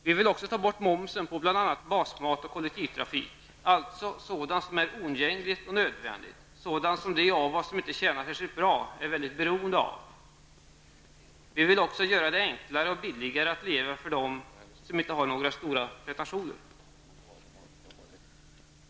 Vi vill också ta bort momsen på bl.a. basmat och kollektivtrafik, dvs. säga sådant som är oundgängligt och nödvändigt, sådant som de av oss som inte tjänar särskilt bra är mycket beroende av. Vi vill också göra det enklare och billigare att leva för dem som inte har några stora pretentioner.